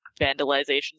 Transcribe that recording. vandalizations